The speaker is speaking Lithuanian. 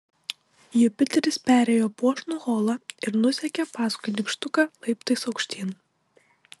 jupiteris perėjo puošnų holą ir nusekė paskui nykštuką laiptais aukštyn